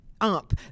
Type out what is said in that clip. up